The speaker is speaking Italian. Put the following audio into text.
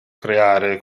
creare